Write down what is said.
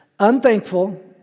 Unthankful